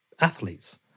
athletes